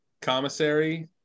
commissary